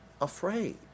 afraid